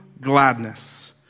gladness